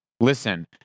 listen